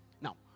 now